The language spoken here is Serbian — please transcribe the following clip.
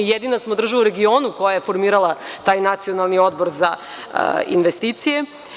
Jedina smo država u regionu koja je formirala taj Nacionalni odbor za investicije.